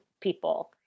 people